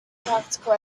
practical